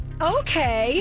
Okay